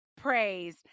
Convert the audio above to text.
praise